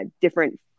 different